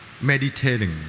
meditating